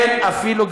אין אפילו,